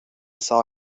saw